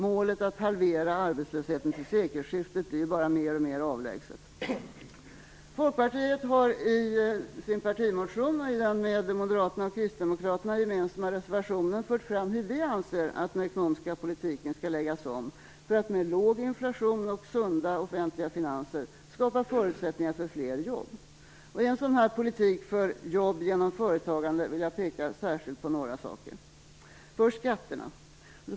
Målet att halvera arbetslösheten till sekelskiftet blir bara mer och mer avlägset. Folkpartiet har i sin partimotion och i den med Moderaterna och Kristdemokraterna gemensamma reservationen fört fram hur vi anser att den ekonomiska politiken skall läggas om för att med låg inflation och sunda offentliga finanser skapa förutsättningar för fler jobb. I en sådan politik för jobb genom företagande vill jag peka särskilt på några saker. För det första gäller det skatterna.